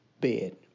bed